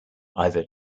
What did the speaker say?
either